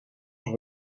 els